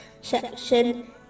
section